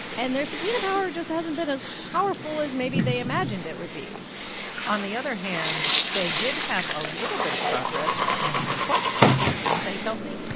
and their subpoena power just hasn't been as powerful as maybe they imagined it would be on the other hand, they did have a little bit of progress in the courts this week, didn't they, kelsey?